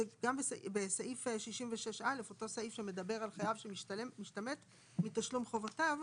זה גם בסעיף 66א' אותו סעיף שמדבר על חייב שמשתמט מתשלום חובותיו,